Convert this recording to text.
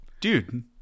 Dude